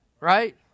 right